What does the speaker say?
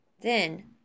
Then